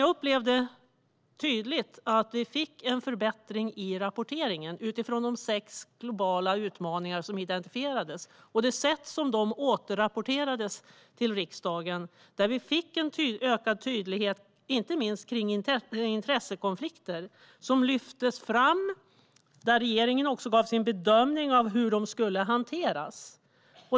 Jag upplevde att vi då fick en förbättring i rapporteringen av de sex globala utmaningar som identifierades. I återrapporteringen till riksdagen fick vi en ökad tydlighet, inte minst vad gäller intressekonflikter. De lyftes fram, och regeringen gav oss också sin bedömning av hur de skulle hanteras.